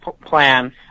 plan